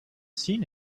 seen